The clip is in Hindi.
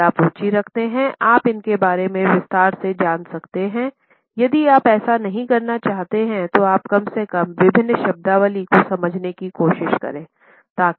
अगर आप रुचि रखते हैं आप उनके बारे में विस्तार से जान सकते हैं यदि आप ऐसा नहीं करना चाहते हैं तो आप कम से कम विभिन्न शब्दावली को समझने की कोशिश करते हैं